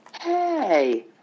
Hey